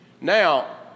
Now